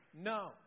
no